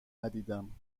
ندیدم